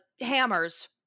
hammers